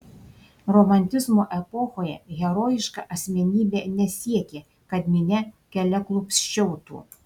romantizmo epochoje herojiška asmenybė nesiekė kad minia keliaklupsčiautų